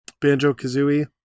Banjo-Kazooie